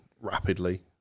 rapidly